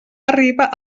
arriba